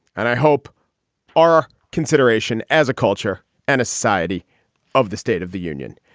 and i hope our consideration as a culture and a society of the state of the union,